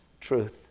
truth